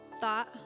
thought